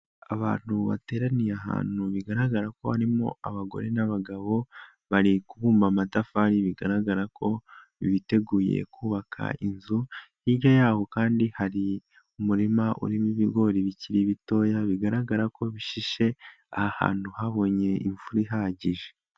Abantu bateraniye ahantu bigaragara ko harimo abagore n'abagabo, bari kubumba amatafari bigaragara ko biteguye kubaka inzu, hirya yaho kandi hari umurima urimo ibigori bikiri bitoya bigaragara ko bishishe, aha hantu habonye imvura ihagije.